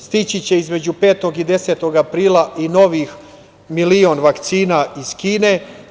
Stići će između 5. i 10. aprila i novih milion vakcina iz Kine.